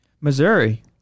Missouri